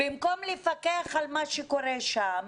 במקום לפקח על מה שקורה שם,